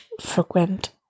frequent